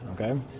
okay